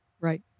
Right